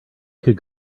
could